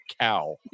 cow